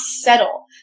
settle